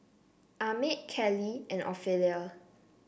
Ahmed Callie and Ophelia